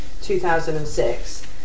2006